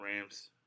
Rams